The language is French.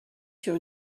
sur